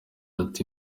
ati